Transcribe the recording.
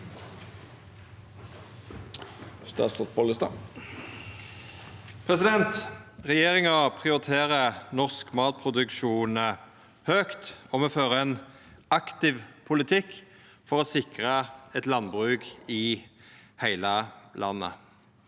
Regjeringa prio- riterer norsk matproduksjon høgt, og me fører ein aktiv politikk for å sikra eit landbruk i heile landet.